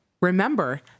Remember